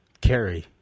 carry